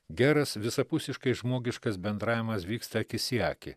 geras visapusiškai žmogiškas bendravimas vyksta akis į akį